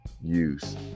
use